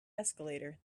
escalator